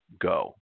Go